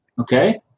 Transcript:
Okay